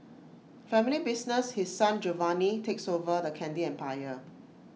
family business His Son Giovanni takes over the candy empire